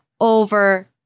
Over